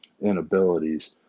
inabilities